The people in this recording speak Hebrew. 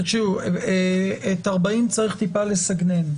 את סעיף 40 צריך קצת לסגנן.